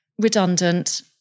redundant